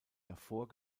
davor